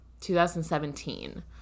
2017